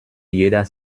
jeder